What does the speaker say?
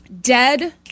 Dead